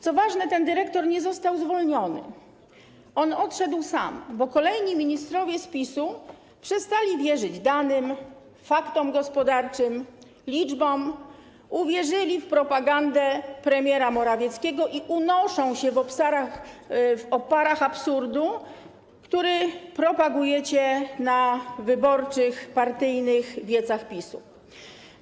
Co ważne, ten dyrektor nie został zwolniony, odszedł sam, bo kolejni ministrowie z PiS-u przestali wierzyć danym, faktom gospodarczym, liczbom, uwierzyli w propagandę premiera Morawieckiego i unoszą się w oparach absurdu, który propagujecie na wyborczych, partyjnych wiecach PiS-u.